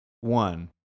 one